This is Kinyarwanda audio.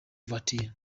voiture